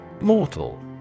Mortal